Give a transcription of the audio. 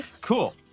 Cool